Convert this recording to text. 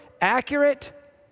accurate